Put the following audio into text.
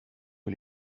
que